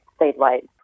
statewide